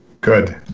Good